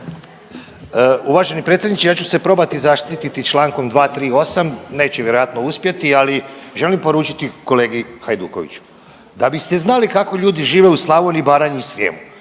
Uvaženi predsjedniče ja ću se probati zaštititi čl. 238. neće vjerojatno uspjeti, ali želim poručiti kolegi Hajdukoviću. Da biste znali kako ljudi žive u Slavoniji i Baranji i Srijemu